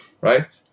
Right